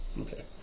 Okay